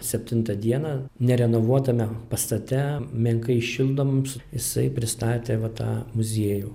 septintą dieną nerenovuotame pastate menkai šildomam jisai pristatė va tą muziejų